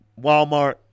Walmart